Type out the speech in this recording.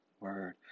word